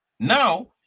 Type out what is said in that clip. now